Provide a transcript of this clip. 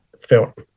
felt